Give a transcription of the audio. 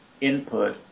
input